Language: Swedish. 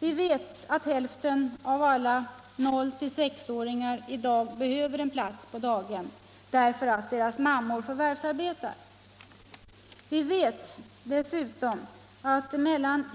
Vi vet att hälften av alla 0-6-åringar i dag behöver en plats på daghem därför att deras mammor förvärvsarbetar. Vi vet dessutom att mellan